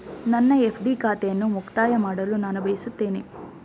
ನನ್ನ ಎಫ್.ಡಿ ಖಾತೆಯನ್ನು ಮುಕ್ತಾಯ ಮಾಡಲು ನಾನು ಬಯಸುತ್ತೇನೆ